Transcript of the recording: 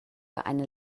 eine